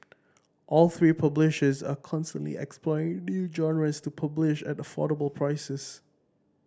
all three publishers are constantly exploring new genres to publish at affordable prices